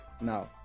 now